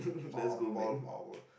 sambal power